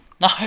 no